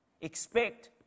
expect